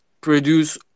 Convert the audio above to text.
produce